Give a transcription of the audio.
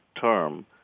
term